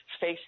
face